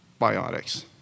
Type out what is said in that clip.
biotics